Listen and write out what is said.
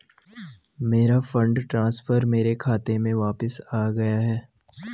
मेरा fund transfer मेरे खाते में वापस आ गया है